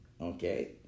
Okay